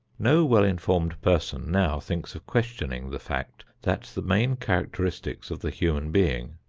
no well-informed person now thinks of questioning the fact that the main characteristics of the human being,